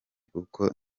kuko